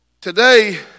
Today